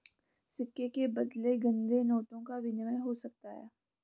सिक्के के बदले गंदे नोटों का विनिमय हो सकता है